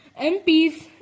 MPs